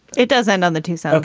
it doesn't on the two set.